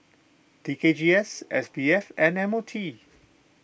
T K G S S B F and M O T